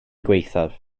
gwaethaf